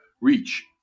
reach